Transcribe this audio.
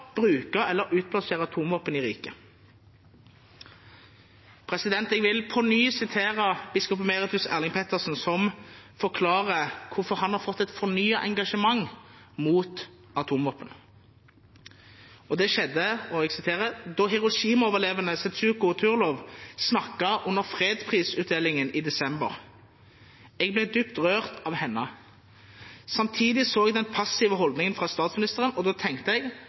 bruke eller utplassere atomvåpen i riket. Jeg vil på ny sitere biskop emeritus Erling Pettersen, som forklarer hvorfor han har fått et fornyet engasjement mot atomvåpen. Det skjedde da «Hiroshima-overlevende Setsuko Thurlow snakket under fredsprisutdelingen i desember. Jeg ble dypt rørt av henne. Samtidig så jeg den passive holdningen fra statsministeren, og da tenkte jeg